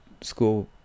school